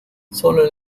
solo